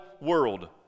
world